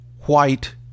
white